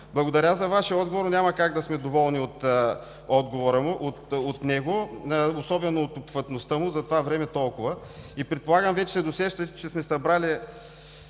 Благодаря за Вашия отговор. Няма как да сме доволни от него, особено от обхватността му. За това време – толкова. И предполагам вече се досещате, че сме събрали